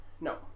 No